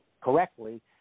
correctly